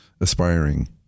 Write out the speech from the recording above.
aspiring